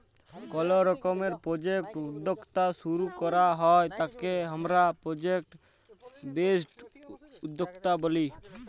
call রকমের project উদ্যক্তা শুরু করাক হ্যয় তাকে হামরা প্রজেক্ট বেসড উদ্যক্তা ব্যলি